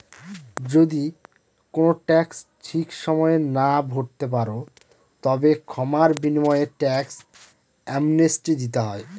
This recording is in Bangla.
যদি কোনো ট্যাক্স ঠিক সময়ে না ভরতে পারো, তবে ক্ষমার বিনিময়ে ট্যাক্স অ্যামনেস্টি দিতে হয়